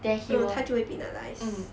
then he will mm